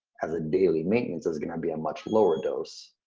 as a daily maintenance is gonna be much lower dose.